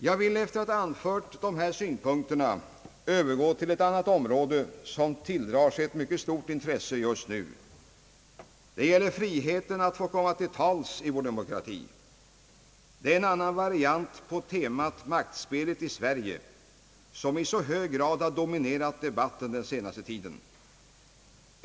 Jag vill efter att ha anfört dessa synpunkter övergå till ett annat område, som tilldrar sig mycket stort intresse just nu. Det gäller friheten att få komma till tals i vår demokrati. Det är en annan variant på temat maktspelet i Sverige, som i så hög grad har dominerat debatten under den senaste tiden.